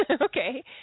Okay